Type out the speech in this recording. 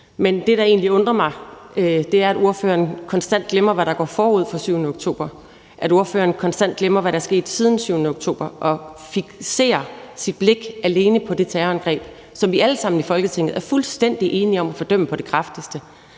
Men det, der egentlig undrer mig, er, at ordføreren konstant glemmer, hvad der gik forud for den 7. oktober, og at ordføreren konstant glemmer, hvad der er sket siden den 7. oktober, og fikserer sit blik alene på det terrorangreb, som vi alle sammen i Folketinget er fuldstændig enige om at fordømme på det kraftigste.